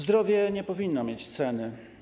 Zdrowie nie powinno mieć ceny.